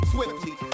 Swiftly